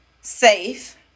safe